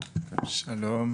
שלום,